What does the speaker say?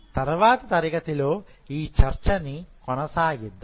తర్వాత తరగతిలో ఈచర్చనికొనసాగిద్దాం